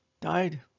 Died